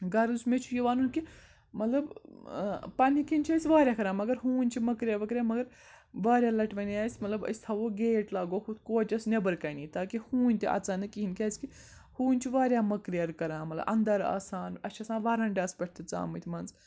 غرض مےٚ چھُ یہِ وَنُن کہِ مطلب پَنٕنۍ کِنۍ چھِ أسۍ واریاہ کَران مگر ہوٗنۍ چھِ مٔکریے ؤکریے مگر واریاہ لَٹہِ وَنے آسہِ مطلب أسۍ تھاوو گیٹ لاگو ہُتھ کوچَس نیٚبرٕ کَنی تاکہِ ہوٗنۍ تہِ اَژان نہٕ کِہیٖنۍ کیٛازِکہِ ہوٗنۍ چھِ واریاہ مٔکریر کَران مطلب اَندَر آسان اَسہِ چھِ آسان وَنڈَس پٮ۪ٹھ تِہِ ژآمٕتۍ منٛز